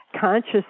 conscious